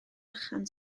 bychan